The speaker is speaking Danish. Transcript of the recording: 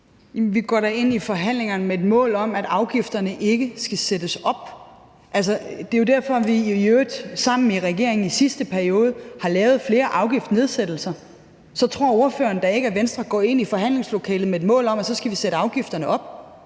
vi går da ind i forhandlingerne med et mål om, at afgifterne ikke skal sættes op. Det er jo derfor, at vi i øvrigt sammen med regeringen i sidste periode har lavet flere afgiftsnedsættelser. Så tror ordføreren da ikke, at Venstre går ind i forhandlingslokalet med et mål om, at vi skal sætte afgifterne op?